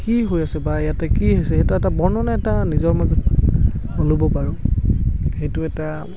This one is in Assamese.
কি হৈ আছে বা ইয়াতে কি হৈছে এটা এটা বৰ্ণনা এটা নিজৰ মাজত ল'ব পাৰোঁ সেইটো এটা